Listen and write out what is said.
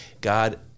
God